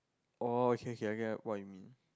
oh okay okay I get what you mean